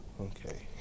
Okay